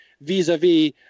vis-a-vis